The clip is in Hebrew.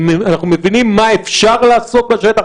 אנחנו מבינים מה אפשר לעשות בשטח,